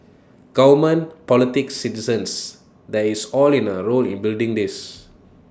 government politics citizens there is all in A role in building this